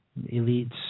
Elites